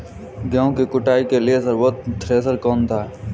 गेहूँ की कुटाई के लिए सर्वोत्तम थ्रेसर कौनसा है?